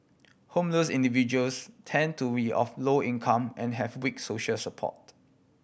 homeless individuals tend to we of low income and have weak social support